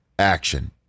action